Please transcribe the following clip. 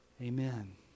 Amen